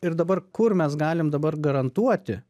ir dabar kur mes galim dabar garantuoti